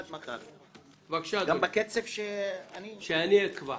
גם בקצב שאני --- שאני אקבע.